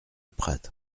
prat